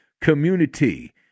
community